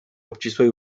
obcisłej